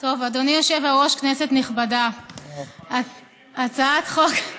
אדוני היושב-ראש, כנסת נכבדה, הצעת חוק-יסוד: